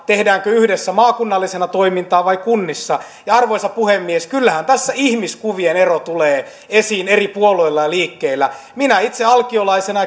tehdäänkö yhdessä maakunnallisena toimintana vai kunnissa arvoisa puhemies kyllähän tässä ihmiskuvien ero tulee esiin eri puolueilla ja liikkeillä minä itse alkiolaisena